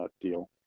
deal